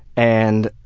and